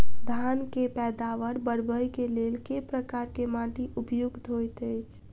धान केँ पैदावार बढ़बई केँ लेल केँ प्रकार केँ माटि उपयुक्त होइत अछि?